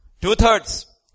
Two-thirds